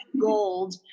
gold